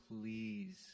please